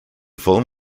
film